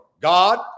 God